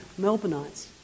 Melbourneites